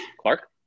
Clark